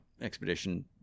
expedition